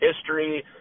history